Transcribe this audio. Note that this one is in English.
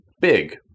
big